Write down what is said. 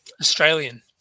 Australian